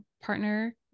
partner